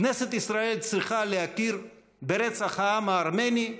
כנסת ישראל צריכה להכיר ברצח העם הארמני,